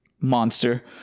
monster